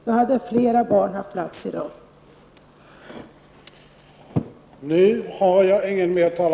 Då hade fler barn haft plats i den i dag.